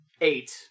eight